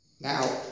Now